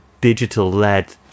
digital-led